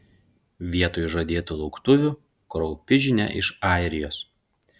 vietoj žadėtų lauktuvių kraupi žinia iš airijos